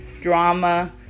drama